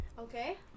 Okay